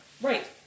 Right